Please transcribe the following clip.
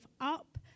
up